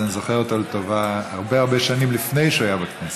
אז אני זוכר אותו לטובה הרבה הרבה שנים עוד לפני שהוא היה בכנסת.